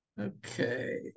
Okay